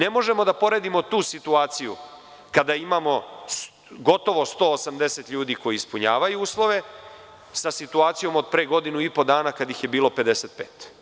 Ne možemo da poredimo tu situaciju kada imamo gotovo 180 ljudi koji ispunjavaju uslove sa situacijom od pre godinu i po dana kada ih je bilo 55.